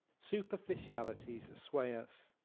superficialities sway us